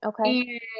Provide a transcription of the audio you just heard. Okay